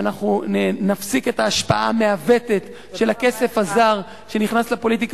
ואנחנו נפסיק את ההשפעה המעוותת של הכסף הזר שנכנס לפוליטיקה